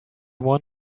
one